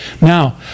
Now